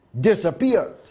disappeared